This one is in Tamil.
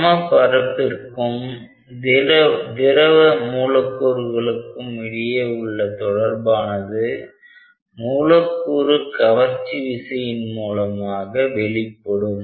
சம பரப்பிற்கும் திரவ மூலக்கூறுகளுக்குக்கும் இடையே உள்ள தொடர்பானது மூலக்கூறு கவர்ச்சி விசையின் மூலமாக வெளிப்படும்